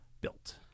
built